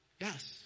Yes